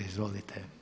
Izvolite.